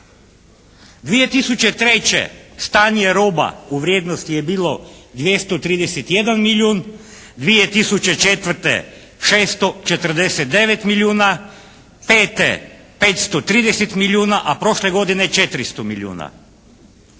2003. stanje roba u vrijednosti je bilo 231 milijun, 2004. 649 milijuna, 2005. 530 milijuna, a prošle godine 400 milijuna.